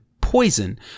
poison